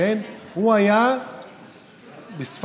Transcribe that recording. הוא היה בספרד,